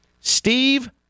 Steve